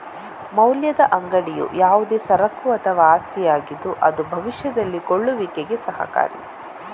ಮೌಲ್ಯದ ಅಂಗಡಿಯು ಯಾವುದೇ ಸರಕು ಅಥವಾ ಆಸ್ತಿಯಾಗಿದ್ದು ಅದು ಭವಿಷ್ಯದಲ್ಲಿ ಕೊಳ್ಳುವಿಕೆಗೆ ಸಹಕಾರಿ